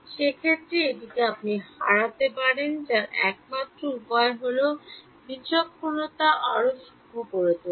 সেক্ষেত্রে এটি হারাতে আপনার একমাত্র উপায় হল আপনার বিচক্ষণতাকে আরও সূক্ষ্ম করে তোলা